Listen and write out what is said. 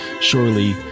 surely